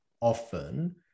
often